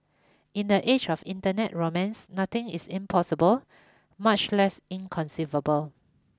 in the age of internet romance nothing is impossible much less inconceivable